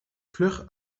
vlug